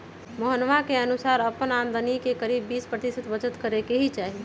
मोहना के अनुसार अपन आमदनी के करीब बीस प्रतिशत बचत करे के ही चाहि